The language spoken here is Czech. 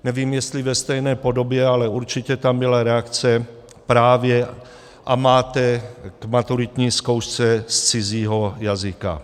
Nevím, jestli ve stejné podobě, ale určitě tam byla reakce právě AMATE k maturitní zkoušce z cizího jazyka.